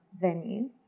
venue